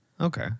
Okay